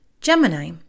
Gemini